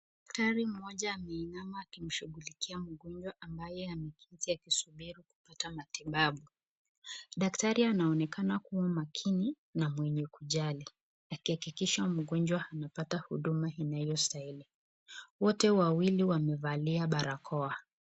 Daktari mmoja ameinama akimshugulikia mgonjwa ambaye ameketi akisubiri kupata matibabu. Daktari anaonekana kuwa makini na mwenye kujali akihakikisha mgonjwa amepata huduma inayostahili. Wote wawili wamevalia barakoa.